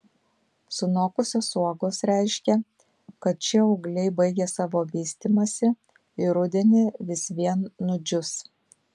sunokusios uogos reiškia kad šie ūgliai baigė savo vystymąsi ir rudenį vis vien nudžius